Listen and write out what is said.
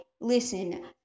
listen